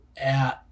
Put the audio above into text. out